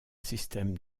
système